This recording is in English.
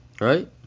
Right